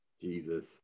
Jesus